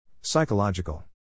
Psychological